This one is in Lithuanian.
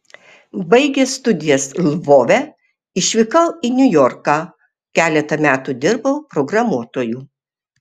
baigęs studijas lvove išvykau į niujorką keletą metų dirbau programuotoju